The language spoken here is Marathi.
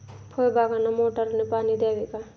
फळबागांना मोटारने पाणी द्यावे का?